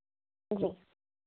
जी